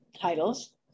titles